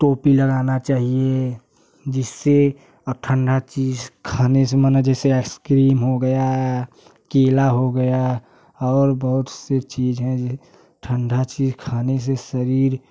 टोपी लगाना चाहिए जिससे आप ठंडा चीज़ खाने से मन जैसे आइसक्रीम हो गया केला हो गया और बहुत सी चीज़ हैं जैसे ठंडा चीज़ खाने से शरीर